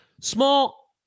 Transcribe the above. small